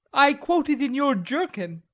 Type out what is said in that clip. i quote it in your jerkin.